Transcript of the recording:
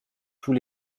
tous